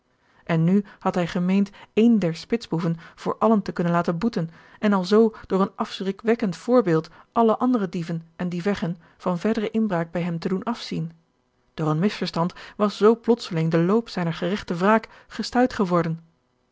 en nu had hij gemeend één der spitsboeven voor allen te kunnen laten boeten en alzoo door een afschrikwekkend voorbeeld alle andere dieven en diefeggen van verdere inbraak bij hem te doen afzien door een misverstand was zoo plotseling de loop zijner geregte wraak gestuit geworden